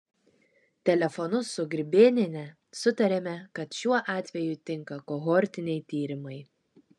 telefonu su grybėniene sutarėme kad šiuo atveju tinka kohortiniai tyrimai